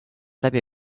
läbi